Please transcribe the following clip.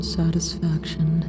satisfaction